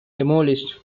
demolished